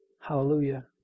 Hallelujah